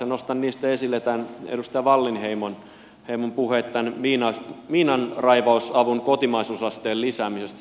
nostan niistä esille edustaja wallinheimon puheen miinanraivausavun kotimaisuusasteen lisäämisestä